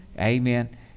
Amen